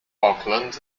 auckland